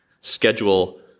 schedule